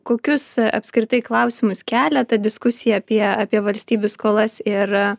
kokius apskritai klausimus kelia ta diskusija apie apie valstybių skolas ir